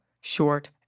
short